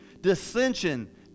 dissension